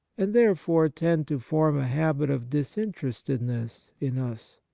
and therefore tend to form a habit of disinterestedness in us,